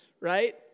right